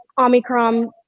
Omicron